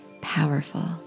powerful